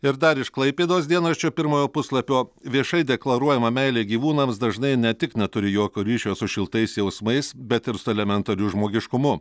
ir dar iš klaipėdos dienraščio pirmojo puslapio viešai deklaruojama meilė gyvūnams dažnai ne tik neturi jokio ryšio su šiltais jausmais bet ir su elementariu žmogiškumu